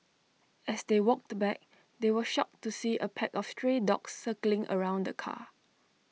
as they walked back they were shocked to see A pack of stray dogs circling around the car